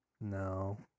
No